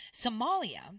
Somalia